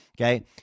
Okay